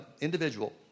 individual